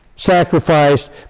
Sacrificed